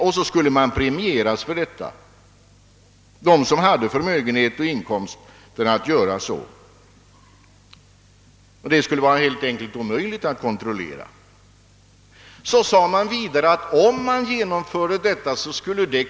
Personer som hade tillräcklig inkomst och förmögenhet för att göra detta skulle alltså premieras, och det skulle helt enkelt. vara omöjligt att utöva någon kontroll härvidlag. Om detta system genomfördes skulle det.